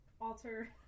alter